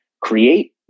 create